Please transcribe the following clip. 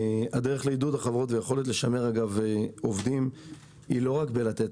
הדרך לעידוד החברות והיכולת לשמר עובדים היא לא רק בלתת